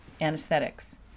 anesthetics